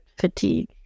fatigue